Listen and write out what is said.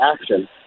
action